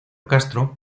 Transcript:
castro